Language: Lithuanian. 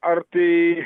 ar tai